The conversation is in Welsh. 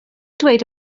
dweud